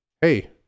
hey